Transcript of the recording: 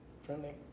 friendly